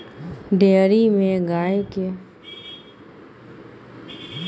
dairy मे गाय केँ एक सीधहा सँ ठाढ़ कए मशीन सँ दुध दुहल जाइ छै